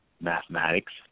mathematics